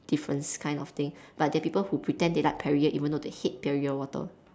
difference kind of thing but there are people who pretend they like perrier water even though the hate perrier water